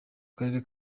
karere